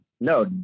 no